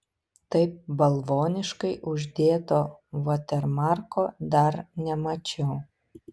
taip balvoniškai uždėto vatermarko dar nemačiau